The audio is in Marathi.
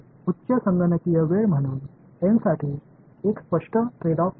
उच्च संगणकीय वेळ म्हणून एन साठी एक स्पष्ट ट्रेड ऑफ आहे